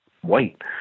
white